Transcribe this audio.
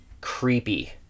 Creepy